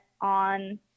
on